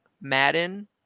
Madden